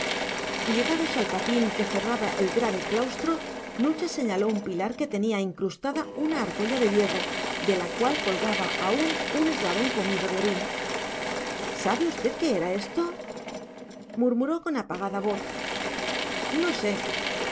piedra llegados al patín que cerraba el grave claustro nucha señaló a un pilar que tenía incrustada una argolla de hierro de la cual colgaba aún un eslabón comido de orín sabe usted qué era esto murmuró con apagada voz no